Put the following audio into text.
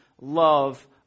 love